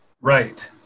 Right